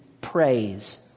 praise